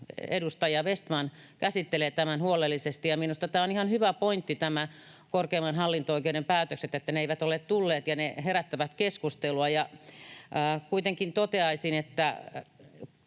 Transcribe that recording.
edustaja Vestmanin johdolla käsittelee tämän huolellisesti. Minusta on ihan hyvä pointti, että korkeimman hallinto-oikeuden päätökset eivät ole tulleet ja ne herättävät keskustelua. Kuitenkin toteaisin, että